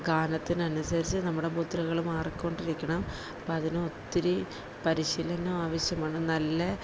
ഗാനത്തിനനുസരിച്ച് നമ്മുടെ മുദ്രകള് മാറിക്കൊണ്ടിരിക്കണം അപ്പോള് അതിനൊത്തിരി പരിശീലനം ആവശ്യമാണ് നല്ല